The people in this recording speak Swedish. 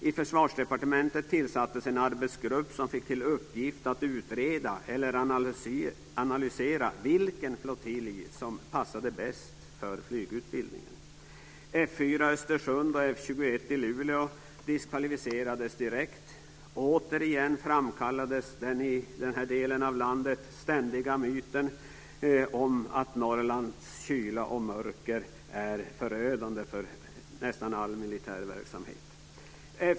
I Försvarsdepartementet tillsattes en arbetsgrupp som fick till uppgift att utreda eller analysera vilken flottilj som passade bäst för flygutbildningen. F 4 i Återigen framkallades den - i den här delen av landet - ständiga myten om att Norrlands kyla och mörker är förödande för nästan all militär verksamhet.